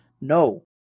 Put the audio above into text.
No